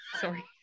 sorry